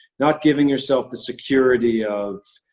not giving yourself the security of,